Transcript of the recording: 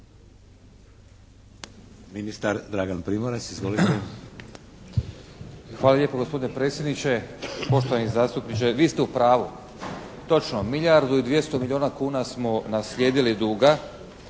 Ministar Dragan Primorac. Izvolite. **Primorac, Dragan** Hvala lijepo gospodine predsjsedniče. Poštovani zastupniče vi ste u pravu! Točno. Milijardu i 200 milijuna kuna smo naslijedili duga